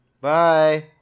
Bye